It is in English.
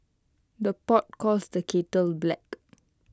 the pot calls the kettle black